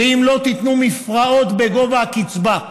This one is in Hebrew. ואם לא, תיתנו מפרעות בגובה הקצבה.